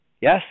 yes